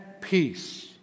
peace